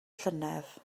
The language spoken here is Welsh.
llynedd